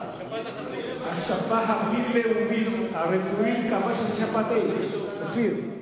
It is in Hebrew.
השפה הבין-לאומית הרפואית קבעה שזו שפעת A. אופיר,